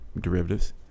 derivatives